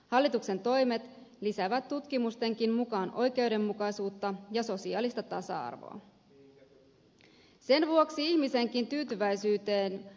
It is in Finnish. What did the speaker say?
hallituksen toimet lisäävät tutkimustenkin mukaan oikeudenmukaisuutta ja sosiaalista tasa arvoa